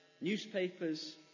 newspapers